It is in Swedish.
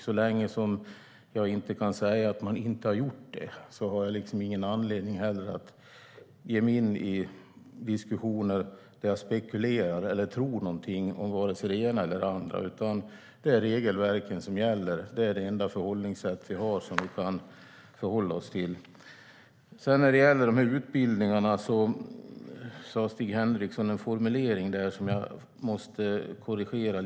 Så länge som jag inte kan säga att man inte har gjort det har jag ingen anledning att ge mig in i diskussioner där jag spekulerar eller tror någonting om vare sig det ena eller andra. Det är regelverken som gäller, och det är det enda förhållningssätt som jag har. När det gäller utbildningarna hade Stig Henriksson en formulering som jag måste korrigera.